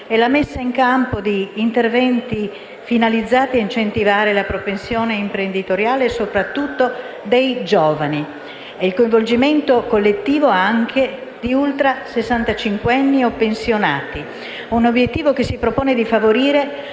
e la messa in campo di interventi finalizzati ad incentivare la propensione imprenditoriale, soprattutto dei giovani, e anche il coinvolgimento collettivo di ultrasessantacinquenni e pensionati. Un obiettivo che si propone di favorire